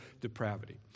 depravity